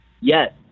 Yes